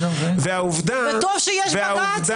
וטוב שיש בג"ץ.